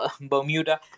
Bermuda